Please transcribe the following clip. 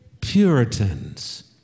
Puritans